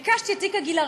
וביקשתי את תיק הגיל הרך,